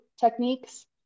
techniques